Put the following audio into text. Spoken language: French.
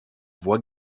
vois